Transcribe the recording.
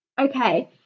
Okay